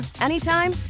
anytime